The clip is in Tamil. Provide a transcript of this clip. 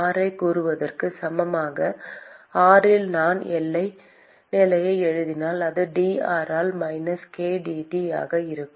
R ஐக் கூறுவதற்கு சமமாக r இல் நான் எல்லை நிலையை எழுதினால் அது d r ஆல் மைனஸ் k dT ஆக இருக்கும்